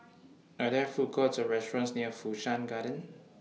Are There Food Courts Or restaurants near Fu Shan Garden